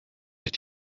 sich